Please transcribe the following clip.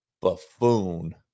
buffoon